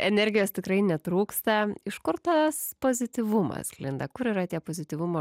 energijos tikrai netrūksta iš kur tas pozityvumas sklinda kur yra tie pozityvumo